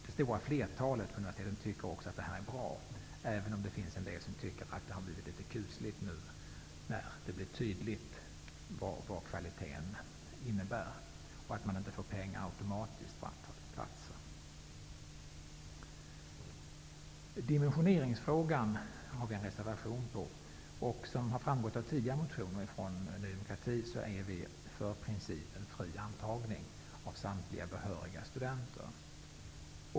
Det stora flertalet vid universiteten tycker att systemet är bra, även om det finns en del som anser att det blir litet kusligt när det nu tydliggörs vad kvaliteten innebär och när man inte automatiskt får pengar beräknade på antalet platser. Vi har en reservation när det gäller dimensioneringsfrågan. Som har framgått av tidigare motioner från Ny demokrati är vi för principen fri antagning av samtliga behöriga studenter.